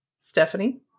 stephanie